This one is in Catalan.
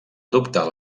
adoptar